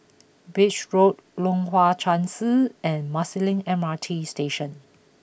Beach Road Leong Hwa Chan Si and Marsiling M R T Station